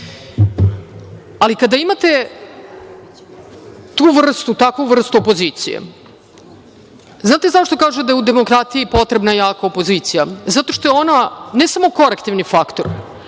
kada imate tu vrstu, takvu vrstu opozicije, znate zašto kažu da je u demokratiji potrebna jaka opozicija? Zato što je ona ne samo korektivni faktor,